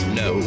no